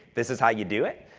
this is how you do it.